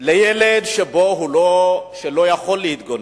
בילד שלא יכול להתגונן.